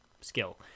skill